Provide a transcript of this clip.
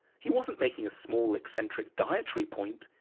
he wasn't making a small, eccentric dietary point.